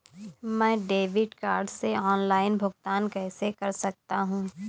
मैं debit card से online भुगतान कैसे कर सकता हूँ?